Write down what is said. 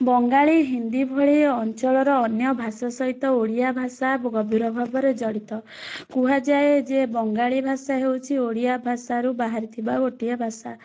ବଙ୍ଗାଳୀ ହିନ୍ଦୀ ଭଳି ଅଞ୍ଚଳର ଅନ୍ୟ ଭାଷା ସହିତ ଓଡ଼ିଆ ଭାଷା ଗଭୀର ଭାବରେ ଜଡ଼ିତ କୁହଯାଏ ଯେ ବଙ୍ଗାଳୀ ଭାଷା ହେଉଛି ଓଡ଼ିଆ ଭାଷାରୁ ବାହାରିଥିବା ଗୋଟେ ଭାଷା